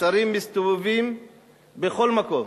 השרים מסתובבים בכל מקום,